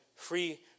free